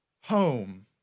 home